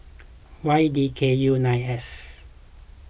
Y D K U nine S